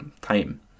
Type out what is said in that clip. time